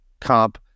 comp